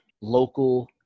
local